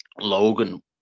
Logan